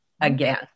again